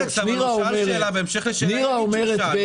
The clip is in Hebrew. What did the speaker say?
נירה אומרת,